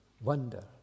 wonder